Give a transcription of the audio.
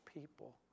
people